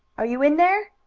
are you in there?